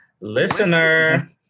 listener